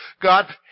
God